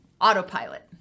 autopilot